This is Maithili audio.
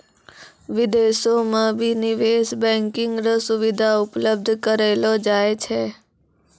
विदेशो म भी निवेश बैंकिंग र सुविधा उपलब्ध करयलो जाय छै